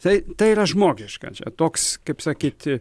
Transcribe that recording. tai tai yra žmogiška čia toks kaip sakyti